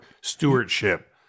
Stewardship